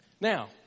Now